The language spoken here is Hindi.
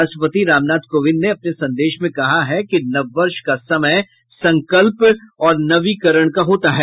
राष्ट्रपति रामनाथ कोविंद ने अपने संदेश में कहा है कि नव वर्ष का समय संकल्प और नवीकरण का होता है